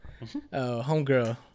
Homegirl